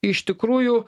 iš tikrųjų